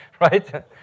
Right